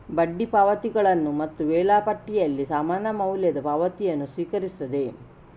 ಬಡ್ಡಿ ಪಾವತಿಗಳನ್ನು ಮತ್ತು ವೇಳಾಪಟ್ಟಿಯಲ್ಲಿ ಸಮಾನ ಮೌಲ್ಯದ ಪಾವತಿಯನ್ನು ಸ್ವೀಕರಿಸುತ್ತದೆ